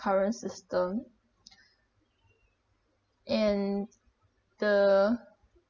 current system and the